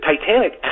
Titanic